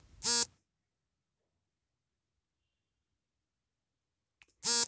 ನಾವು ಬ್ಯಾಂಕ್ನಲ್ಲಿ ತೆಗೆದುಕೊಳ್ಳುವ ಸಾಲಕ್ಕೆ ಕಟ್ಟುವ ಬಡ್ಡಿಯನ್ನು ಲೋನ್ ಪೇಮೆಂಟ್ ಅಂತಾರೆ